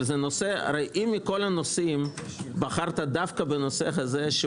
אם מכל הנושאים בחרת דווקא בנושא הזה-